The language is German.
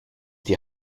die